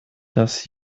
das